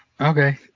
Okay